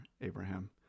Abraham